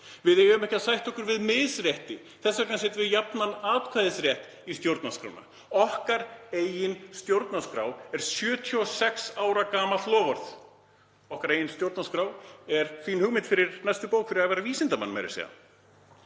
Við eigum ekki að sætta okkur við misrétti. Þess vegna setjum við jafnan atkvæðisrétt í stjórnarskrána. Okkar eigin stjórnarskrá er 76 ára gamalt loforð. Okkar eigin stjórnarskrá er fín hugmynd fyrir næstu bók fyrir Ævar vísindamann meira að segja.